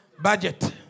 Budget